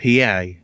PA